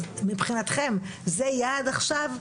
אז מבחינתכם זה יעד עכשיו?